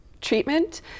treatment